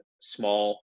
small